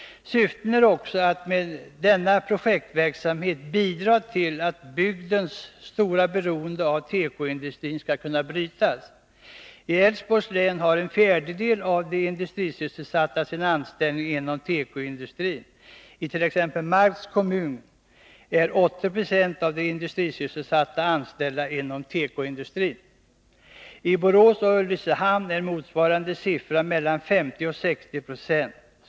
Syftet är också att med denna projektverksamhet bidra till att bygdens stora beroende av tekoindustrin skall kunna brytas. I Älvsborgs län har en fjärdedel av de industrisysselsatta sin anställning inom tekoindustrin. I t.ex. Marks kommun är 80 Z6 av de industrisysselsatta anställda inom tekoindustrin. I Borås och Ulricehamn är motsvarande siffra mellan 50 och 60 96.